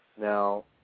Now